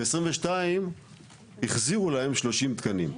ב-2022 החזירו להם 30 תקנים.